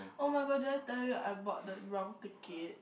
[oh]-my-god did I tell you I bought the wrong ticket